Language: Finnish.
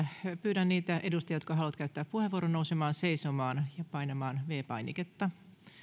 pyydän niitä edustajia jotka haluavat käyttää puheenvuoron nousemaan seisomaan ja painamaan viides painiketta